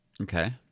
okay